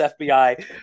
FBI